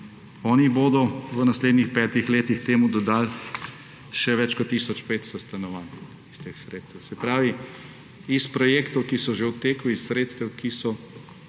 Oni bodo v naslednjih petih letih temu dodali še več kot tisoč 500 stanovanj iz teh sredstev. Se pravi, iz projektov, ki so že v teku, iz sredstev, ki so